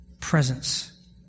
presence